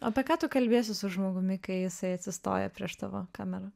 apie ką tu kalbiesi su žmogumi kai jisai atsistoja prieš tavo kamerą